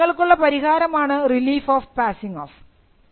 അതിനു നിങ്ങൾക്കുള്ള പരിഹാരമാണ് റിലീഫ് ഓഫ് പാസിംഗ് ഓഫ്